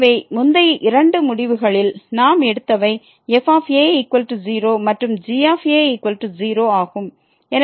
எனவே முந்தைய இரண்டு முடிவுகளில் நாம் எடுத்தவை fa0 மற்றும் ga0 ஆகும்